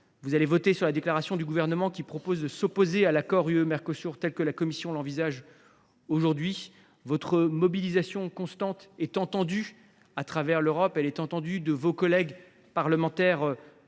Vous allez voter sur la déclaration du Gouvernement, qui propose de s’opposer à l’accord UE Mercosur tel que la Commission européenne l’envisage aujourd’hui. Votre mobilisation constante est entendue à travers toute l’Europe, notamment par vos collègues parlementaires